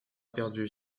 perdu